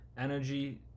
energy